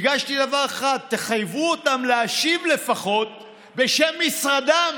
ביקשתי דבר אחד: תחייבו אותם לפחות להשיב בשם משרדם.